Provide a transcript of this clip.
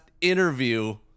interview